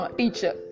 teacher